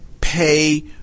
pay